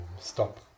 stop